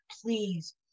please